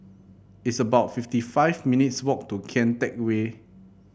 it's about fifty five minutes' walk to Kian Teck Way